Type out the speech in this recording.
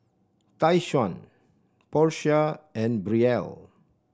Tyquan Portia and Brielle